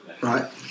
Right